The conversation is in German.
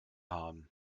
haben